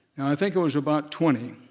i think i was about twenty,